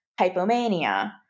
hypomania